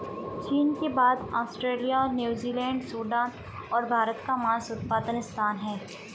चीन के बाद ऑस्ट्रेलिया, न्यूजीलैंड, सूडान और भारत का मांस उत्पादन स्थान है